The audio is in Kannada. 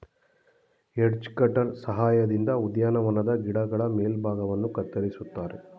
ಎಡ್ಜ ಕಟರ್ ಸಹಾಯದಿಂದ ಉದ್ಯಾನವನದ ಗಿಡಗಳ ಮೇಲ್ಭಾಗವನ್ನು ಕತ್ತರಿಸುತ್ತಾರೆ